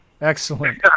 Excellent